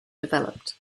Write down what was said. developed